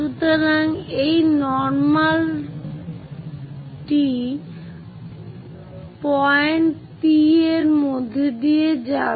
সুতরাং এই normal point P এর মধ্যে দিয়ে যাবে